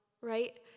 right